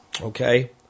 Okay